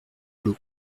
l’eau